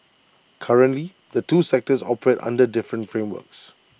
currently the two sectors operate under different frameworks